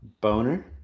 Boner